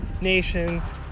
nations